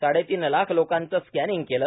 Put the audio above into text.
साडेतीन लाख लोकांचं स्कानिंग केलं